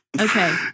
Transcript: Okay